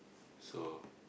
so